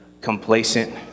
complacent